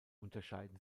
unterschieden